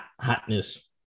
hotness